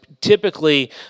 Typically